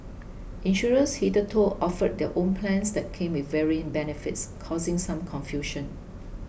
insurers hitherto offered their own plans that came with varying benefits causing some confusion